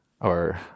or-